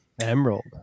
Emerald